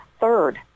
third